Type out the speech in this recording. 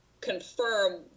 confirm